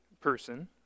person